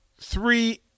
three